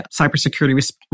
cybersecurity